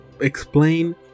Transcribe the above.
explain